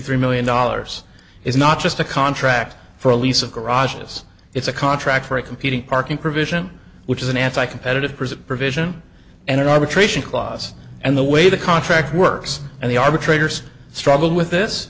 three million dollars is not just a contract for a lease of garages it's a contract for a competing parking provision which is an anti competitive present provision and an arbitration clause and the way the contract works and the arbitrators struggle with this